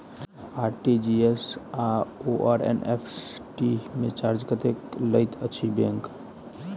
RTGS आओर NEFT मे charge कतेक लैत अछि बैंक?